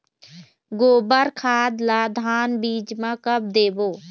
गोबर खाद ला धान बीज म कब देबो?